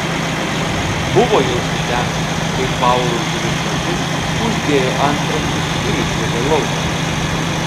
buvo jau sutemę kai paului užrišo akis uždėjo antrankius ir išvedė lauk